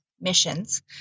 missions